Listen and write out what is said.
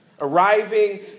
arriving